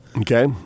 Okay